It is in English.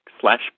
slash